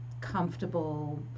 comfortable